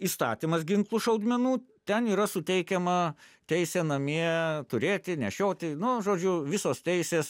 įstatymas ginklų šaudmenų ten yra suteikiama teisė namie turėti nešioti nu žodžiu visos teisės